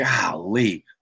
golly –